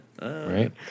Right